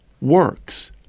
works